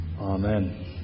Amen